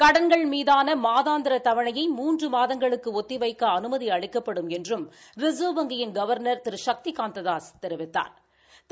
கடன்கள் மீதான மாதாந்திர தவணையை மூன்று மாதங்களுக்கு ஒத்தி வைக்க அனுமதி அளிக்கப்படும் என்றும் ரிச்வ் வங்கி கவர்னா் திரு சக்தி காந்ததாஸ் தெரிவித்தாா்